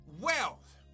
Wealth